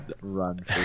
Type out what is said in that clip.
Run